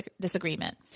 disagreement